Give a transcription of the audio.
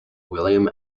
william